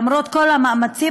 למרות כל המאמצים,